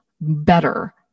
better